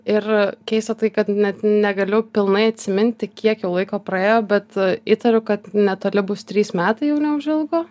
ir keista tai kad net negaliu pilnai atsiminti kiek jau laiko praėjo bet įtariu kad netoli bus trys metai jau neužilgo